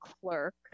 clerk